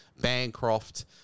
Bancroft